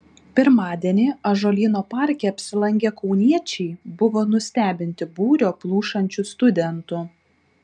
pirmadienį ąžuolyno parke apsilankę kauniečiai buvo nustebinti būrio plušančių studentų